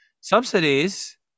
subsidies